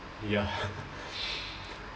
ya